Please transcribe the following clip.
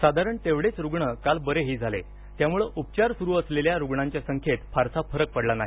साधारण तेवढेच रुग्ण काल बरेही झाले त्यामुळे उपचार सुरू असलेल्या रुग्णांच्या संख्येत फारसा फरक पडला नाही